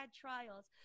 trials